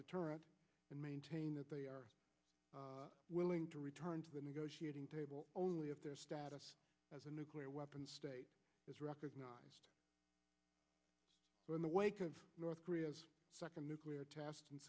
deterrent and maintain that they are willing to return to the negotiating table only if their status as a nuclear weapons state is recognized in the wake of north korea second nuclear test